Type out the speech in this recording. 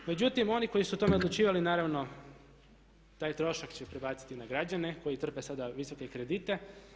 Međutim, oni koji su o tome odlučivali naravno taj trošak će prebaciti na građane koji trpe sada visoke kredite.